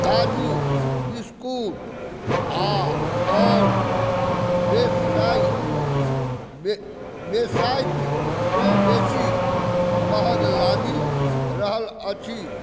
काजू बिस्कुट आ आओर वेबसाइटसँ बेसी महग लागि रहल अछि